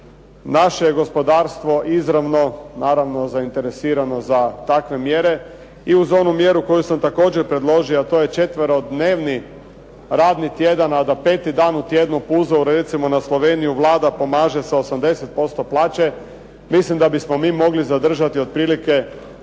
naše je gospodarstvo izravno, naravno zainteresirano za takve mjere i u uz onu mjeru koju sam također predložio a to je četverodnevni radni tjedan a da peti dan u tjednu po uzoru recimo na Sloveniju Vlada pomaže sa 80% plaća, mislim da bismo mi mogli zadržati otprilike